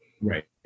Right